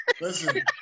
Listen